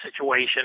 situation